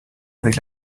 avec